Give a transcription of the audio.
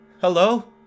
Hello